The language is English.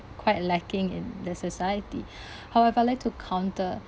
quite lacking in the society however I'd like to counter